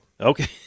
okay